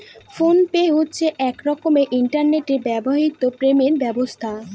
phone pay হচ্ছে এক রকমের ইন্টারনেট বাহিত পেমেন্ট ব্যবস্থা